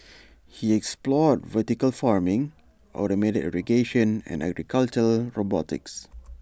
he explored vertical farming automated irrigation and agricultural robotics